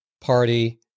party